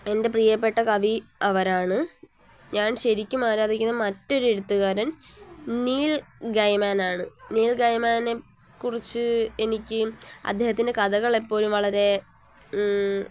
എൻ്റെ പ്രിയപ്പെട്ട കവി അവരാണ് ഞാൻ ശരിക്കും ആരാധിക്കുന്ന മറ്റൊരു എഴുത്തുകാരൻ നീൽ ഗൈമാനാണ് നീൽ ഗൈമാനെക്കുറിച്ച് എനിക്ക് അദ്ദേഹത്തിൻ്റെ കഥകളെപ്പോഴും വളരേ